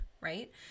right